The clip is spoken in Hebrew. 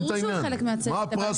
ברור שהוא חלק מהצוות, אבל